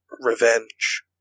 revenge